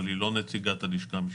אבל היא לא נציגת הלשכה המשפטית.